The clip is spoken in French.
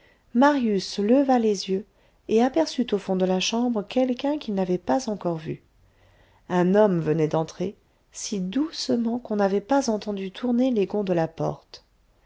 marius leva les yeux et aperçut au fond de la chambre quelqu'un qu'il n'avait pas encore vu un homme venait d'entrer si doucement qu'on n'avait pas entendu tourner les gonds de la porte